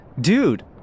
Dude